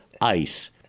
ice